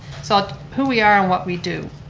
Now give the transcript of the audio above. so who we are and what we do.